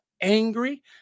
angry